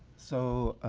so,